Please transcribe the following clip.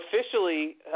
officially